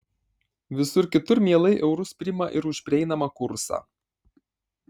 visur kitur mielai eurus priima ir už prieinamą kursą